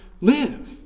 live